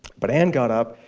but ann got up,